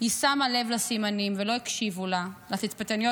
היא שמה לב לסימנים, ולא הקשיבו לה, לתצפיתניות.